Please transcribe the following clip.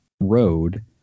road